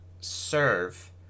serve